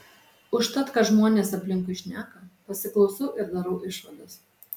užtat ką žmonės aplinkui šneka pasiklausau ir darau išvadas